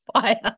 fire